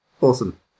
Awesome